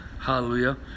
hallelujah